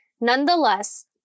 Nonetheless